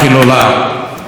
אני רוצה לומר לכם,